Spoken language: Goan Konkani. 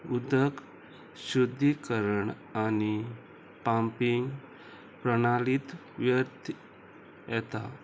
उदक शुद्धीकरण आनी पंपींग प्रणालीत व्यत येता